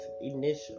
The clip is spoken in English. initial